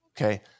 okay